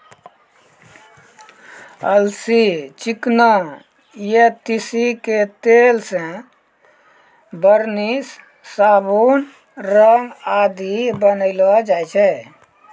अलसी, चिकना या तीसी के तेल सॅ वार्निस, साबुन, रंग आदि बनैलो जाय छै